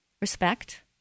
respect